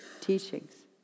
teachings